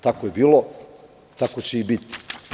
Tako je bilo, tako će i biti.